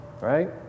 right